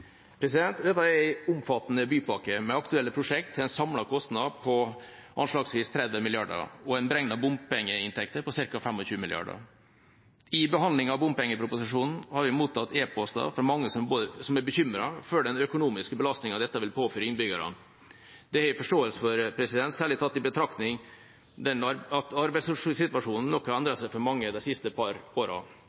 Dette er en omfattende bypakke med aktuelle prosjekt til en samlet kostnad på anslagsvis 30 mrd. kr, og en beregner bompengeinntekter på ca. 25 mrd. kr. I behandlingen av bompengeproposisjonen har vi mottatt e-poster fra mange som er bekymret for den økonomiske belastningen dette vil påføre innbyggerne. Det har jeg forståelse for, særlig tatt i betraktning at arbeidssituasjonen nok har endret seg for mange de siste par